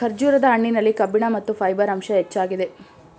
ಖರ್ಜೂರದ ಹಣ್ಣಿನಲ್ಲಿ ಕಬ್ಬಿಣ ಮತ್ತು ಫೈಬರ್ ಅಂಶ ಹೆಚ್ಚಾಗಿದೆ